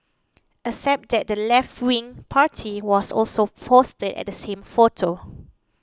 except that the leftwing party was also posted at the same photo